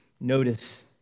notice